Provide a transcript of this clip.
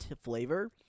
flavor